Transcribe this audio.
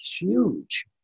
huge